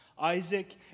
Isaac